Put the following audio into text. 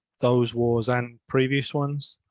those wars and previous ones.